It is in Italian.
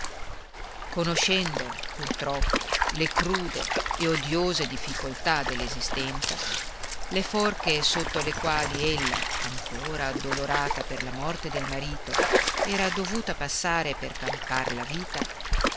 pur troppo le crude e odiose difficoltà dell'esistenza le forche sotto alle quali ella ancora addolorata per la morte del marito era dovuta passare per campar la vita